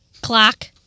Clock